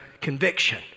conviction